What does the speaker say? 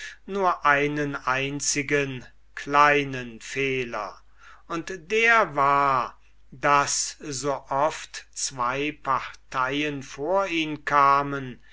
nur einen einzigen kleinen fehler und das war daß so oft zwo parteien vor ihn kamen